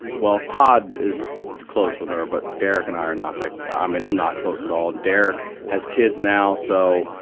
well, todd is close with her, but derek and i are not that i ah mean, i'm not close at all. derek has kids now, so,